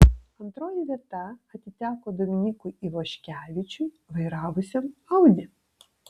antroji vieta atiteko dominykui ivoškevičiui vairavusiam audi